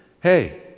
hey